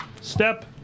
step